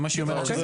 זה מה שהיא אומרת.